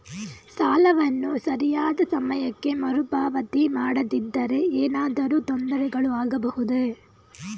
ಸಾಲವನ್ನು ಸರಿಯಾದ ಸಮಯಕ್ಕೆ ಮರುಪಾವತಿ ಮಾಡದಿದ್ದರೆ ಏನಾದರೂ ತೊಂದರೆಗಳು ಆಗಬಹುದೇ?